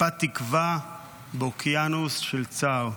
טיפת תקווה באוקיינוס של צער.